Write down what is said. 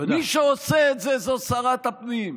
מי שעושה את זה זו שרת הפנים.